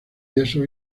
yeso